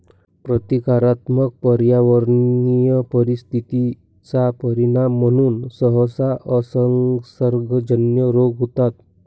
प्रतीकात्मक पर्यावरणीय परिस्थिती चा परिणाम म्हणून सहसा असंसर्गजन्य रोग होतात